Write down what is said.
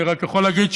אני רק יכול להגיד,